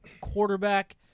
quarterback